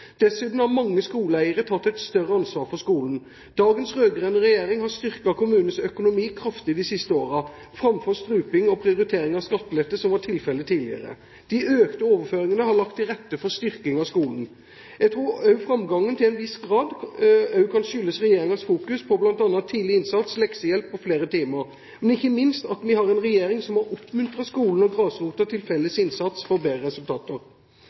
Dessuten har mange skoleeiere tatt et større ansvar for skolen. Dagens rød-grønne regjering har styrket kommunens økonomi kraftig de siste årene, framfor struping og prioritering av skattelette, som var tilfellet tidligere. De økte overføringene har lagt til rette for styrking av skolen. Jeg tror framgangen til en viss grad også kan skyldes regjeringens fokus på bl.a. tidlig innsats, leksehjelp og flere timer, men ikke minst at vi har en regjering som har oppmuntret skolen og grasrota til felles innsats for bedre resultater.